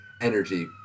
energy